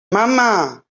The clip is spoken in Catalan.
mama